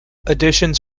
auditions